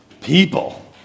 people